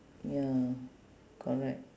ya correct